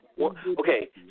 Okay